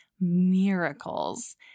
miracles